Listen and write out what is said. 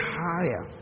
higher